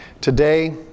Today